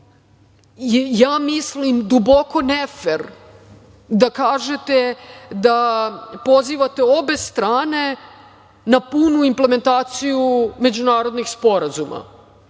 ja mislim da je duboko ne fer da kažete da pozivate obe strane na punu implementaciju međunarodnih sporazuma.